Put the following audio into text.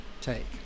take